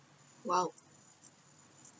!wow!